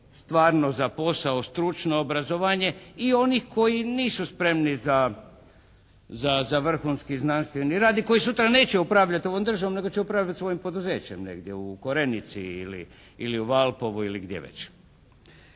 stvarno za posao stručno obrazovanje i onih koji nisu spremni za vrhunski znanstveni rad i koji sutra neće upravljati ovom državom, nego će upravljati svojim poduzećem negdje u Korenici, ili u Valpovu ili gdje već.